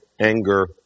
anger